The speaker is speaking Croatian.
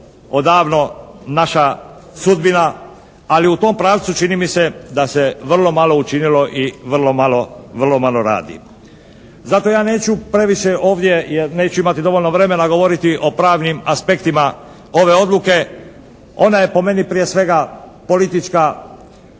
odavno naša sudbina ali u tom pravcu čini mi se da se vrlo malo učinilo i vrlo malo radi. Zato ja neću previše ovdje jer neću imati dovoljno vremena govoriti o pravnim aspektima ove odluke. Ona je po meni prije svega politička, ona